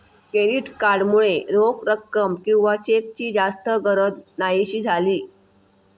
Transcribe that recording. credit card मुळे रोख रक्कम किंवा चेकची जास्त गरज न्हाहीशी झाली